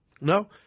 No